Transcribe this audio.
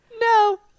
no